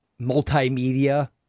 multimedia